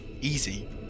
Easy